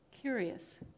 curious